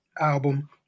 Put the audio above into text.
album